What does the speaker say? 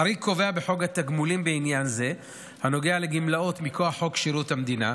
החריג הקבוע בחוק התגמולים בעניין זה נוגע לגמלאות מכוח שירות המדינה,